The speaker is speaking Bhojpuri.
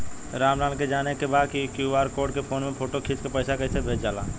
राम लाल के जाने के बा की क्यू.आर कोड के फोन में फोटो खींच के पैसा कैसे भेजे जाला?